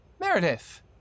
Meredith